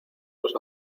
los